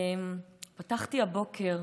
פתחתי הבוקר,